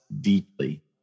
deeply